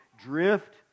drift